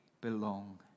belong